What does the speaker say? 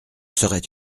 serait